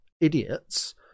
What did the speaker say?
idiots